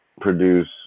produce